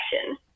action